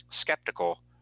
skeptical